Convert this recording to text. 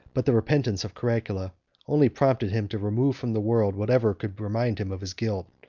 but the repentance of caracalla only prompted him to remove from the world whatever could remind him of his guilt,